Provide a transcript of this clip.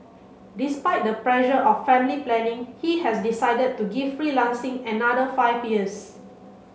despite the pressure of family planning he has decided to give freelancing another five years